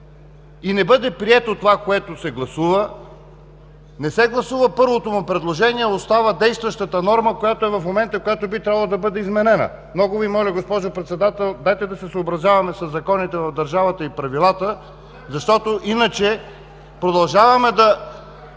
и не бъде прието това, което се гласува – не се гласува първото му предложение, а остава действащата норма, която е в момента, която би трябвало да бъде изменена. Много Ви моля, госпожо Председател, дайте да се съобразяваме със законите и правилата в държавата (шум и реплики от ГЕРБ), защото иначе продължаваме да